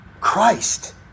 Christ